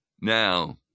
Now